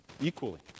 Equally